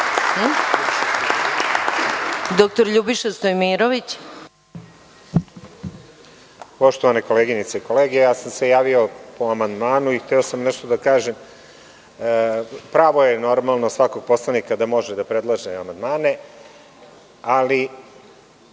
**Ljubiša Stojmirović** Poštovane koleginice i kolege, javio sam se po amandmanu. Hteo sam nešto da kažem. Pravo je svakog poslanika da može da predlaže amandmane, ali